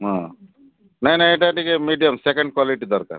ହଁ ନାଇ ନାଇ ଏଇଟା ଟିକେ ମିଡ଼ିଅମ୍ ସେକେଣ୍ଡ୍ କ୍ଵାଲିଟି ଦରକାର